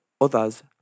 Others